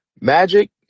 Magic